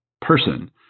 person